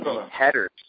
Headers